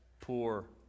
poor